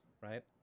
right